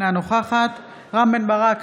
אינה נוכחת רם בן ברק,